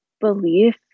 belief